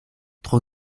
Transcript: tro